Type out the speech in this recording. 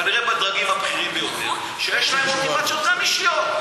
כנראה בדרגים הבכירים ביותר שיש להם גם מוטיבציות אישיות,